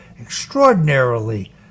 extraordinarily